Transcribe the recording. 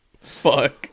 Fuck